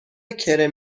کرم